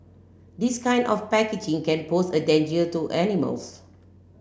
this kind of packaging can pose a danger to animals